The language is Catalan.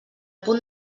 punt